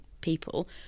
people